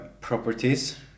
properties